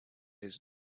his